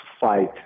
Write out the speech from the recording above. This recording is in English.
fight